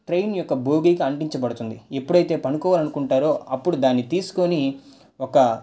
train యొక్క బోగికి అంటించ బడుతుంది ఎప్పుడైతే పండుకోవాలనుకుంటారో అప్పుడు దాన్ని తీసుకుని ఒక